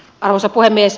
arvoisa puhemies